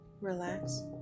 relax